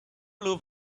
blue